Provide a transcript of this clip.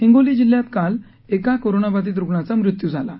हिंगोली जिल्ह्यात काल एका कोरोना बाधित रुग्णाचा मृत्यू झाला आहे